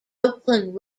oakland